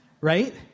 Right